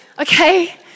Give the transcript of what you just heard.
Okay